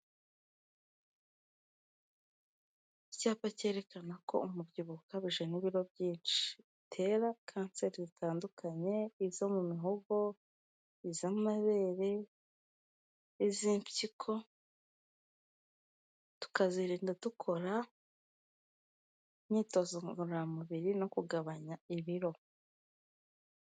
Icyapa cyerekana ko umubyibuho ukabije n'ibiro byinshi bitera kanseri zitandukanye, izo mu mihogo, iz'amabere, iz'impyiko, tukazirinda dukora imyitozo ngororamubiri no kugabanya ibiro.